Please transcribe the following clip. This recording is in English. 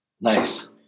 Nice